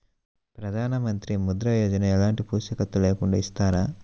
ప్రధానమంత్రి ముద్ర యోజన ఎలాంటి పూసికత్తు లేకుండా ఇస్తారా?